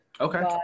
Okay